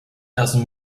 doesn’t